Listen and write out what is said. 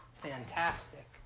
fantastic